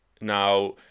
now